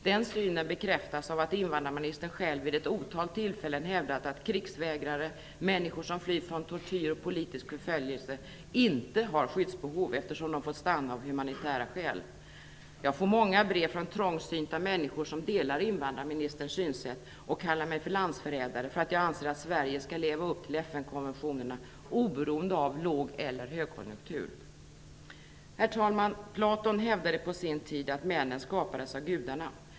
Den synen bekräftas av att invandrarministern själv vid ett otal tillfällen hävdat att krigsvägrare och människor som flyr från tortyr och politisk förföljelse inte har skyddsbehov, eftersom de fått stanna av humanitära skäl. Jag får många brev från trångsynta människor som delar invandrarministerns synsätt och kallar mig för landsförrädare för att jag anser att Sverige skall leva upp till FN-konventionerna, oberoende av lågeller högkonjunktur. Herr talman! Platon hävdade på sin tid att männen skapades av gudarna.